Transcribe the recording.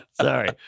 sorry